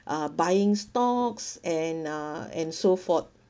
uh buying stocks and uh and so forth